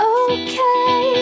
okay